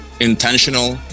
intentional